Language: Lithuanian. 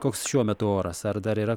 koks šiuo metu oras ar dar yra